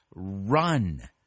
Run